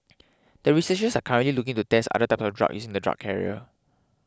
the researchers are currently looking to test other types of drugs using the drug carrier